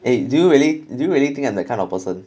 eh do you really do you really think I'm the kind of person